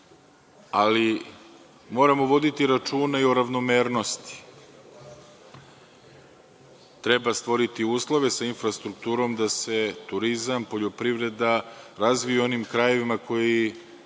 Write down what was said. ali moramo voditi računa i o ravnomernosti. Treba stvoriti uslove sa infrastrukturom da se turizam i poljoprivreda razviju u onim krajevima koji